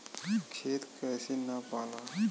खेत कैसे नपाला?